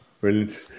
Brilliant